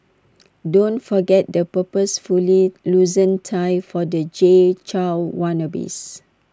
don't forget the purposefully loosened tie for the Jay Chou wannabes